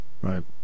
right